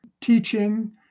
teaching